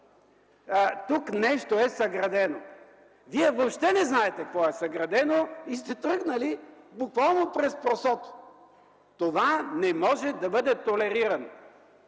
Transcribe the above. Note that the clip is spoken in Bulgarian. тук е съградено нещо. Вие въобще не знаете какво е съградено и сте тръгнали буквално през просото. Това не може да бъде толерирано.